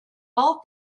all